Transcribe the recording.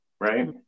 right